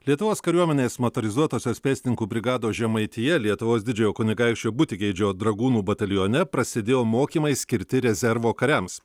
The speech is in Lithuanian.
lietuvos kariuomenės motorizuotosios pėstininkų brigados žemaitija lietuvos didžiojo kunigaikščio butigeidžio dragūnų batalione prasidėjo mokymai skirti rezervo kariams